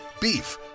Beef